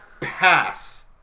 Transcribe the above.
pass